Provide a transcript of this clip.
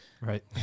Right